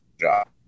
job